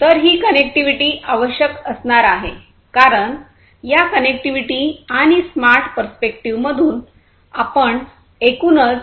तर ही कनेक्टिव्हिटी आवश्यक असणार आहे कारण या कनेक्टिव्हिटी आणि स्मार्ट पर्स्पेक्टिव्ह मधून आपण एकूणच